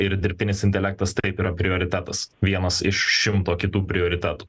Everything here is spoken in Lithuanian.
ir dirbtinis intelektas taip yra prioritetas vienas iš šimto kitų prioritetų